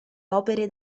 opere